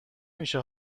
میشه